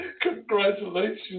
Congratulations